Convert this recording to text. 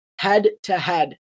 head-to-head